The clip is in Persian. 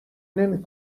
نمی